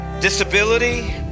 disability